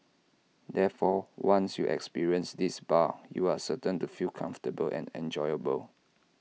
therefore once you experience this bar you are certain to feel comfortable and enjoyable